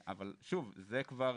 אבל, שוב, זה כבר